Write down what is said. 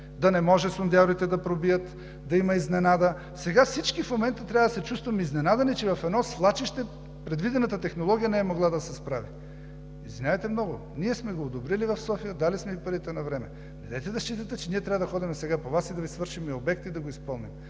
– да не могат сондьорите да пробият, да има изненада. Сега, всички в момента трябва да се чувстваме изненадани, че в едно свлачище предвидената технология не е могла да се справи. Извинявайте много, ние сме го одобрили в София, дали сме им парите навреме. Недейте да считате, че ние трябва да ходим сега по Вас, да Ви свършим обекта и да го изпълним.